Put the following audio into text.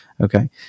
okay